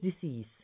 disease